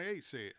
says